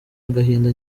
agahinda